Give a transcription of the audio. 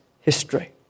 history